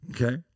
okay